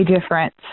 difference